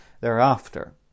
thereafter